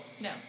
No